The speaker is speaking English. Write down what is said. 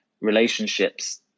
relationships